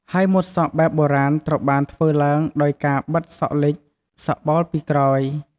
ហើយម៉ូតសក់បែបបុរាណត្រូវបានធ្វើឡើងដោយការបិទសក់លិច សក់បោលពីក្រោយ។